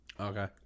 Okay